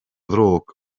ddrwg